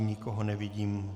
Nikoho nevidím.